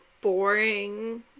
boring